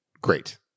great